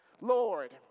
Lord